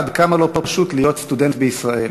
עד כמה לא פשוט להיות סטודנט בישראל.